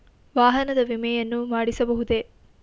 ವಾಹನದ ವಿಮೆಯನ್ನು ಮಾಡಿಸಬಹುದೇ?